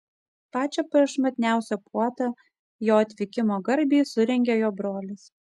pačią prašmatniausią puotą jo atvykimo garbei surengė jo brolis